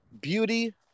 beauty